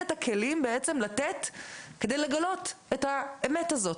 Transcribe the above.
היום את הכלים לתת כדי לגלות את האמת הזאת,